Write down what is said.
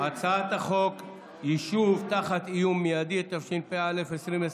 הצעת חוק יישוב תחת איום מיידי, התשפ"א 2021,